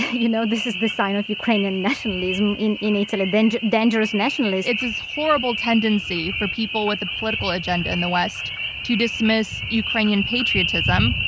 you know this is the sign of ukrainian nationalism in in italy, dangerous nationalists. it's this horrible tendency for people with a political agenda in the west to dismiss ukrainian patriotism,